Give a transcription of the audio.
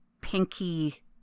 pinky